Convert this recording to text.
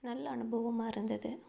நல்ல அனுபவமாக இருந்தது